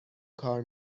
کار